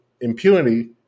impunity